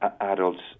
adults